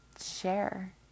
Share